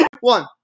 One